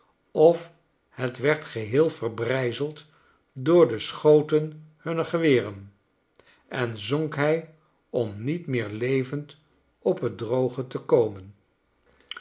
of het werd geheel verbrijzeld door de schoten hunner geweren en zonk hij om niet meer levend op het droge te komen